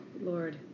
Lord